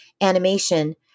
animation